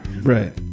Right